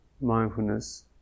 mindfulness